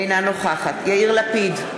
אינה נוכחת יאיר לפיד,